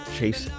Chase